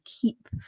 keep